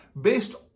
Based